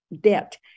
debt